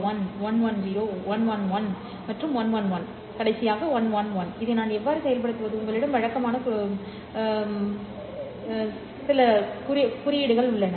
101 110 மற்றும் 111 இதை நான் எவ்வாறு செயல்படுத்துவது உங்களிடம் வழக்கமான குற்றவாளிகள் உள்ளனர்